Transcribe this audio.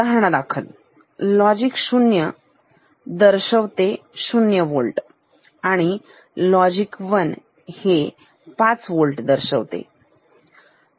उदाहरणादाखललॉजिक 0 दर्शवते 0 वोल्ट आणि लॉजिक 1 हे 5 वोल्ट दर्शवते